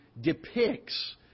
depicts